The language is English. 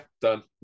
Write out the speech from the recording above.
done